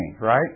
right